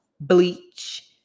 Bleach